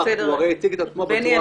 כי הוא הרי הציג את עצמו בצורה הכי טובה.